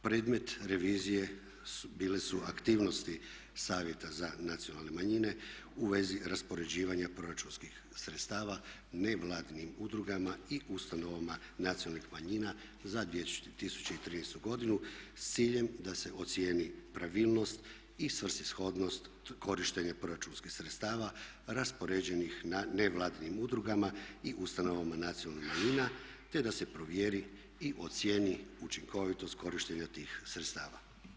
Predmet revizije bile su aktivnosti savjeta za nacionalne manjine u vezi raspoređivanja proračunskih sredstava nevladinim udrugama i ustanovama nacionalnih manjina za 2013. godinu s ciljem da se ocijeni pravilnost i svrsishodnost korištenja proračunskih sredstava raspoređenih na nevladinim udrugama i ustanovama nacionalnih manjina te da se provjeri i ocijeni učinkovitost korištenja tih sredstava.